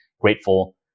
grateful